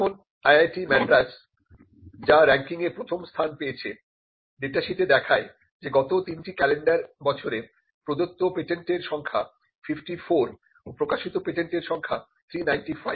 যেমন IIT মাদ্রাজ যা রেংকিংয়ে প্রথম স্থান পেয়েছে ডেটাশিটে দেখায় যে গত তিনটি ক্যালেন্ডার বছরে প্রদত্ত পেটেন্টের সংখ্যা 54 ও প্রকাশিত পেটেন্টের সংখ্যা 395